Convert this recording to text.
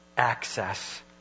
access